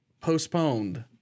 postponed